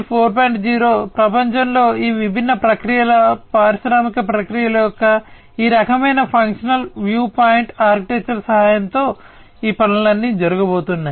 0 ప్రపంచంలో ఈ విభిన్న ప్రక్రియల పారిశ్రామిక ప్రక్రియల యొక్క ఈ రకమైన ఫంక్షనల్ వ్యూపాయింట్ ఆర్కిటెక్చర్ సహాయంతో ఈ పనులన్నీ జరగబోతున్నాయి